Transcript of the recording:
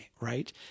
right